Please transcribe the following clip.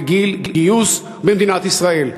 לגיל גיוס במדינת ישראל.